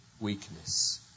weakness